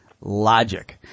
logic